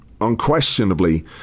unquestionably